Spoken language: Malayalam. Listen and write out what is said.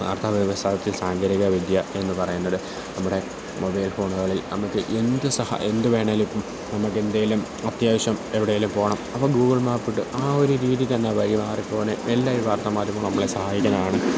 വാർത്താ വ്യവസായത്തിൽ സാങ്കേതിക വിദ്യ എന്ന് പറയുന്നത് നമ്മുടെ മൊബൈൽ ഫോണുകളിൽ നമുക്ക് എന്ത് സഹാ എന്ത് വേണേലും ഇപ്പോള് നമുക്കെന്തേലും അത്യാവശ്യം എവിടേലും പോകണം അപ്പോള് ഗൂഗിൾ മാപ്പിട്ട് ആ ഒരു രീതിക്കന്നെ വഴി മാറിപ്പോണെ എല്ലാ വാർത്താമാധ്യമങ്ങളും നമ്മളെ സഹായിക്കുന്നതാണ്